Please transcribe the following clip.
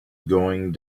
going